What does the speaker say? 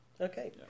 Okay